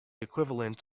equivalent